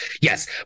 yes